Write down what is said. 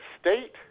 state